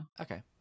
Okay